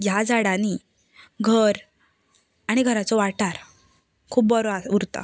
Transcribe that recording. ह्या झाडांनी घर आनी घराचो वाठार खूब बरो उरता